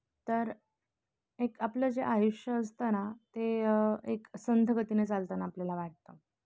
तर एक आपलं जे आयुष्य असतं ना ते एक संथगतीनं चालताना आपल्याला वाटतं